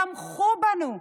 תמכו בנו.